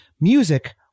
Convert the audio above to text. Music